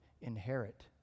inherit